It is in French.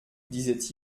disaient